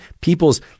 People's